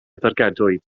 dargedwyd